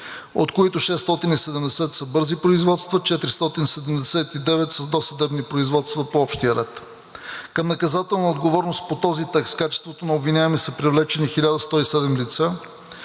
от които 670 са бързи производства, 479 са досъдебни производства по общия ред. Към наказателна отговорност по този текст в качеството на обвиняеми са привлечени 1107 лица: